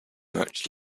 much